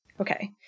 Okay